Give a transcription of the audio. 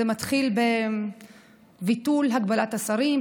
זה מתחיל בביטול הגבלת השרים,